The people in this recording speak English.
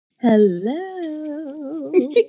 hello